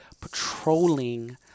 patrolling